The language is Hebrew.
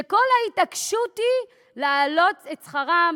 כשכל ההתעקשות היא להעלות את שכרם